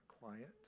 quiet